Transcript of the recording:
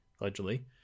allegedly